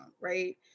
right